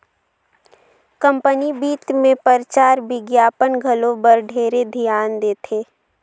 company बित मे परचार बिग्यापन घलो बर ढेरे धियान देथे